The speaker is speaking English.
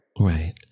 Right